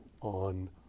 on